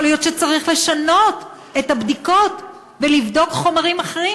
יכול להיות שצריך לשנות את הבדיקות ולבדוק חומרים אחרים,